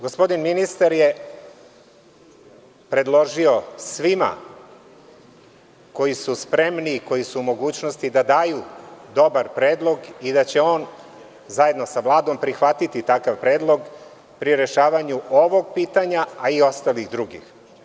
Gospodin ministar je predložio svima, koji su spremni, koji su u mogućnosti da daju dobar predlog i da će on zajedno sa Vladom prihvatiti takav predlog pri rešavanju ovog pitanja, a i ostalih drugih.